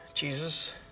Jesus